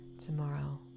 tomorrow